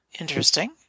interesting